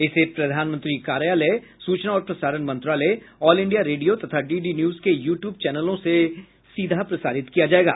इसे प्रधानमंत्री कार्यालय सूचना और प्रसारण मंत्रालय ऑल इंडिया रेडियो तथा डी डी न्यूज के यू ट्यूब चैनलों से सीधा प्रसारित किया जायेगा